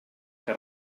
que